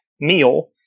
meal